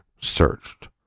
searched